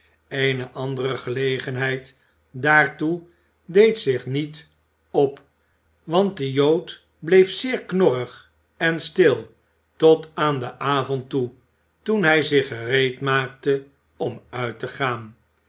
eene andere gelegenheid daartoe deed zich niet op want de jood bleef zeer knorrig en stil tot aan den avond toe toen hij zich gereed maakte om uit te gaan